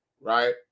right